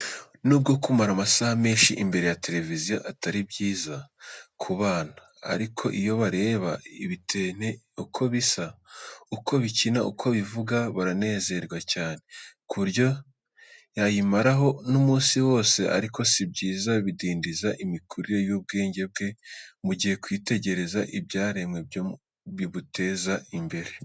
N'ubwo kumara amasaha menshi imbere ya televiziyo atari byiza ku bana, ariko iyo bareba ibitente uko bisa, uko bikina, uko bivuga, baranezerwa cyane, ku buryo yayimaraho n'umunsi wose, ariko si byiza, bidindiza imikurire y'ubwenge bwe mu gihe kwitegereza ibyaremwe byo bibuteza imbere.